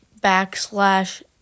backslash